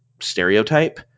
stereotype